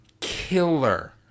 killer